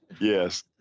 Yes